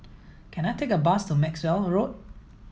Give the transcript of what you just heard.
can I take a bus to Maxwell Road